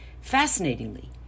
Fascinatingly